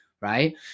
right